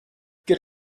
good